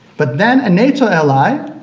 but then a nato ally